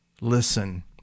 Listen